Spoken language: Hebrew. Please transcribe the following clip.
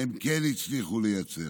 הם כן הצליחו לייצר?